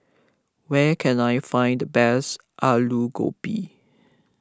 where can I find the best Alu Gobi